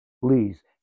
please